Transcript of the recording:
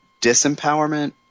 disempowerment